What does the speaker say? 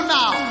now